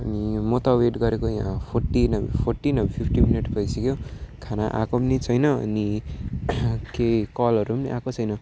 अनि म त वेट गरेको यहाँ फोर्टी नभए फोर्टी नभए फिफ्टी मिनट भइसक्यो खाना आएको पनि नि छैन अनि केही कलहरू पनि नि आएको छैन